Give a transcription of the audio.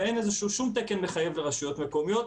ואין שום תקן מחייב לרשויות מקומיות.